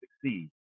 succeed